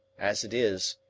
as it is,